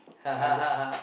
I got